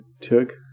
took